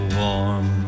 warm